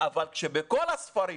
אבל כשבכל הספרים